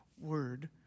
word